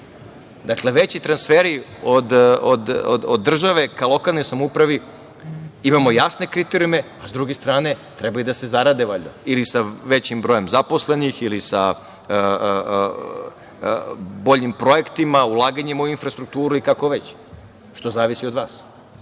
Dakle, veći transferi od države ka lokalnoj samoupravi, imamo jasne kriterijume, s druge strane treba da se zarade valjda, ili sa većim brojem zaposlenih ili sa boljim projektima, ulaganjima u infrastrukturi i kako već. Zavisi od